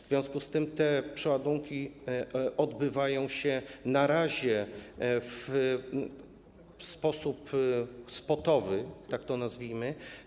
W związku z tym te przeładunki odbywają się na razie w sposób spotowy, tak to nazwijmy.